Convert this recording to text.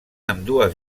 ambdues